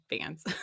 fans